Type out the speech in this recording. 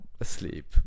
asleep